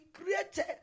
created